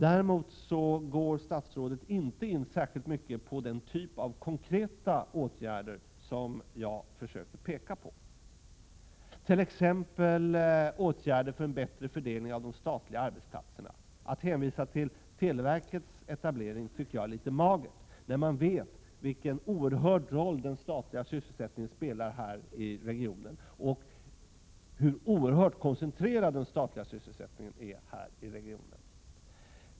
Däremot går statsrådet inte in särskilt mycket på den typ av konkreta åtgärder som jag försöker peka på, t.ex. åtgärder för en bättre fördelning av de statliga arbetsplatserna. Att hänvisa till televerkets etablering tycker jag är litet magert, när man vet vilken oerhörd roll den statliga sysselsättningen spelar i den här regionen och hur oerhört koncentrerad den statliga sysselsättningen är i regionen.